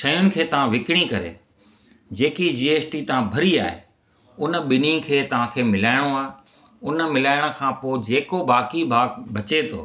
शयुनि खे तव्हां विकिणी करे जेकी जी एस टी तव्हां भरी आहे उन ॿिन्ही खे तव्हांखे मिलाइणो आहे उन मिलाइण खां पोइ जेको बाक़ी भागु बचे थो